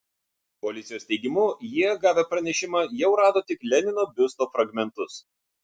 policijos teigimu jie gavę pranešimą jau rado tik lenino biusto fragmentus